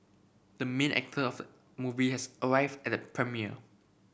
the main actor of movie has arrived at the premiere